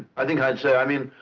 i think i'd say i mean